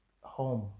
home